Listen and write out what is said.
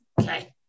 Okay